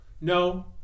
No